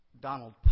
Donald